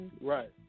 Right